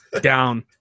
Down